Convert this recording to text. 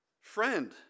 Friend